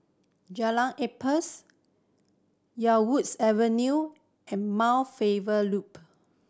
Jalan Ampas Yarwoods Avenue and Mount Faber Loop